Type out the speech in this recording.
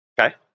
Okay